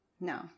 No